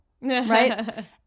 right